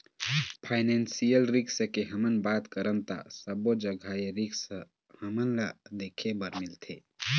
financial risk के हमन बात करन ता सब्बो जघा ए रिस्क हमन ल देखे बर मिलथे